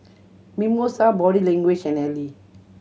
Mimosa Body Language and Elle